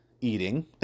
eating